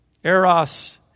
Eros